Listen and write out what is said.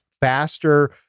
faster